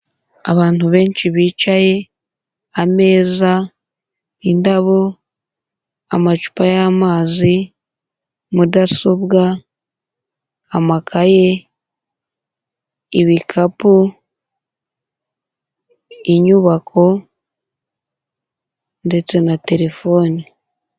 Abantu benshi bicaye, ameza, indabo, amacupa y'amazi, mudasobwa, amakaye, ibikapu, inyubako ndetse na telefone.